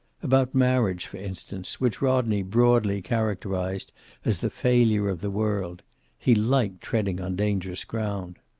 about marriage, for instance, which rodney broadly characterized as the failure of the world he liked treading on dangerous ground.